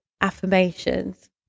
affirmations